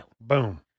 Boom